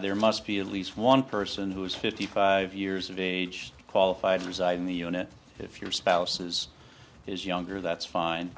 there must be at least one person who is fifty five years of age qualified reside in the unit if your spouse's is younger that's fine